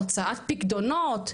הוצאת פיקדונות,